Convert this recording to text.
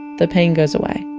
the pain goes away